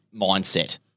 mindset –